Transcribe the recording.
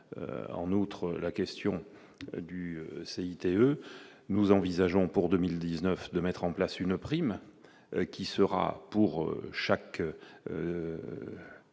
en outre la question du CICE nous envisageons pour 2019, de mettre en place une prime, qui sera pour chaque